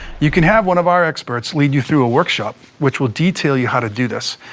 you can have one of our experts lead you through a workshop, which would detail you how to do this.